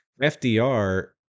FDR